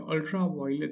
ultraviolet